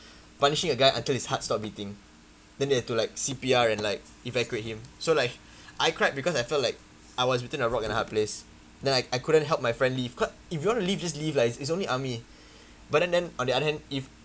punishing a guy until his heart stopped beating then they had to like C_P_R and like evacuate him so like I cried because I felt like I was between a rock and a hard place then I I couldn't help my friend leave because if you want to leave just leave lah it's it's only army but then then on the other hand if